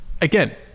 Again